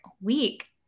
week